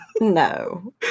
No